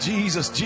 Jesus